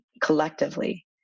collectively